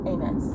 Amen